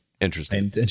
interesting